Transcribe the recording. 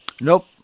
Nope